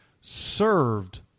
served